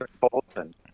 Bolton